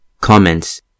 Comments